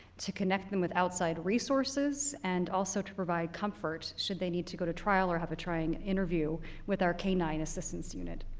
to connect them with outside resources and also to provide comfort should they need to go to trial or have a trying interview with our k nine assistance unit.